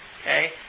Okay